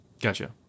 Gotcha